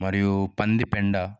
మరియు పంది పెండ